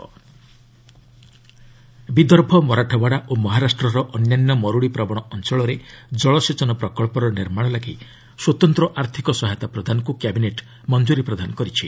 CCEA Vidarbha Vidarbha Marathwada ଓ ମହାରାଷ୍ଟ୍ରର ଅନ୍ୟାନ ମରୁଡ଼ିପ୍ରବଣ ଅଞ୍ଚଳରେ ଜଳସେଚନ ପ୍ରକଳ୍ପର ନିର୍ମାଣ ଲାଗି ସ୍ୱତନ୍ତ୍ର ଆର୍ଥକ ସହାୟତା ପ୍ରଦାନକୁ କ୍ୟାବିନେଟ୍ ମଞ୍ଜୁରି ପ୍ରଦାନ କରିଛି